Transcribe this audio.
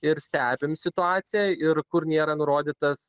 ir stebim situaciją ir kur nėra nurodytas